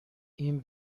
این